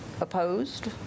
opposed